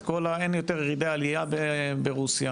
אין יותר ירידה/ עלייה ברוסיה.